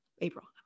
April